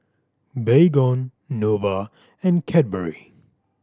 Baygon Nova and Cadbury